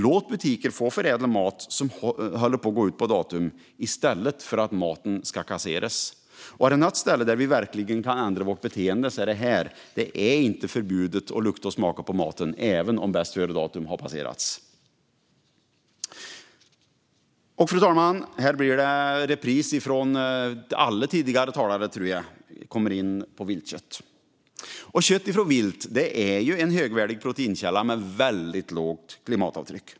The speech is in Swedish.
Låt butiker få förädla mat som håller på att gå ut på datum i stället för att maten ska kasseras. Om det är något ställe där vi verkligen kan ändra vårt beteende är det här. Det är inte förbjudet att lukta och smaka på maten även om bäst-före-datum har passerats. Fru talman! Här blir det repris från alla tidigare talare. Jag kommer nu in på viltkött. Kött från vilt är en högvärdig proteinkälla med ett mycket lågt klimatavtryck.